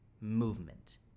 movement